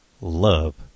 Love